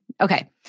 Okay